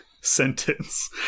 sentence